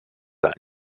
anys